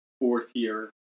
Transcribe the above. fourth-year